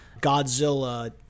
Godzilla